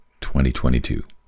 2022